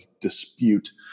dispute